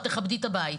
את תכבדי את הבית.